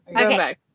okay